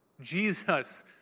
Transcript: Jesus